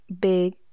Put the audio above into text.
big